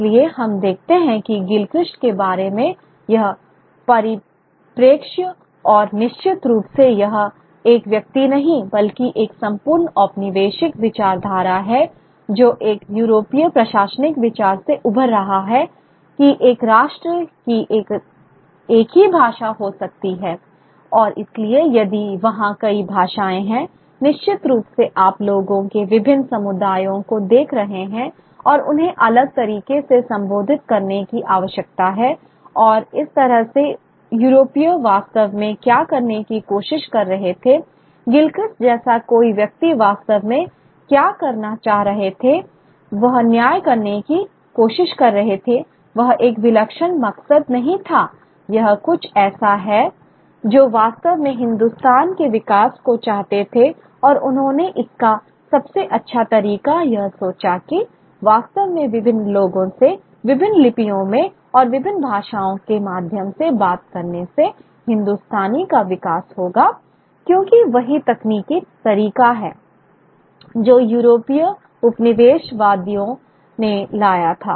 इसलिए हम यह देखते हैं कि गिलक्रिस्ट के बारे में यह परिप्रेक्ष्य और निश्चित रूप से यह एक व्यक्ति नहीं बल्कि यह एक संपूर्ण औपनिवेशिक विचारधारा है जो एक यूरोपीय प्रशासनिक विचार से उभर रहा है कि एक राष्ट्र की एक ही भाषा हो सकती है और इसलिए यदि वहाँ कई भाषाएं हैं निश्चित रूप से आप लोगों के विभिन्न समुदायों को देख रहे हैं और उन्हें अलग तरीके से संबोधित करने की आवश्यकता है और इस तरह से यूरोपीय वास्तव में क्या करने की कोशिश कर रहे थे गिलक्रिस्ट जैसा कोई व्यक्ति वास्तव में क्या करना चाह रहे थे वह न्याय करने की कोशिश कर रहे थे यह एक विलक्षण मकसद नहीं था यह कुछ ऐसा है वह वास्तव में हिंदुस्तानी के विकास को चाहते थे और उन्होंने इसका सबसे अच्छा तरीका यह सोचा कि वास्तव में विभिन्न लोगों से विभिन्न लिपियों में और विभिन्न भाषाओं के माध्यम से बात करने से हिंदुस्तानी का विकास होगा क्योंकि वही तकनीकी तरीका है जो यूरोपीय उपनिवेश वादियों ने लाया था